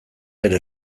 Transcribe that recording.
bere